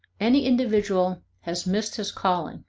any individual has missed his calling,